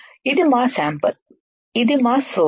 ఇది మా శాంపిల్ ఇది మా సోర్స్